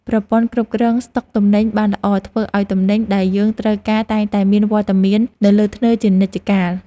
ប្រព័ន្ធគ្រប់គ្រងស្តុកទំនិញបានល្អធ្វើឱ្យទំនិញដែលយើងត្រូវការតែងតែមានវត្តមាននៅលើធ្នើរជានិច្ចកាល។